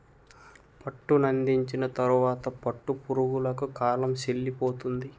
పట్టునందించిన తరువాత పట్టు పురుగులకు కాలం సెల్లిపోతుంది